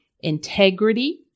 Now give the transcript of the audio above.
integrity